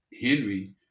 Henry